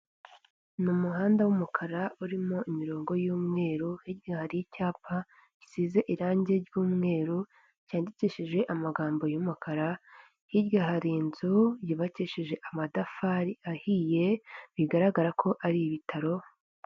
Ni umuhanda w'umukara urimo imirongo y'umweru hirya hari icyapa gisize irangi ry'umweru, cyandikishije amagambo y'umukara hirya hari inzu yubakishije amatafari ahiye bigaragara ko ari ibitaro.